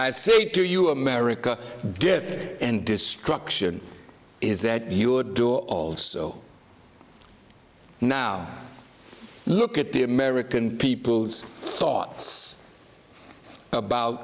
to you america death and destruction is that you would do so now look at the american people's thoughts about